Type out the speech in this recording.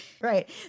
Right